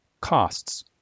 Costs